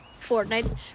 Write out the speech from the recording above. fortnite